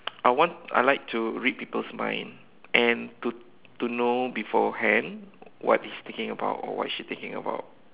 I want I like to read people's mind and to to know beforehand what he's thinking about or what she thinking about